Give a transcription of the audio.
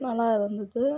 நல்லா இருந்துது